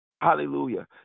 Hallelujah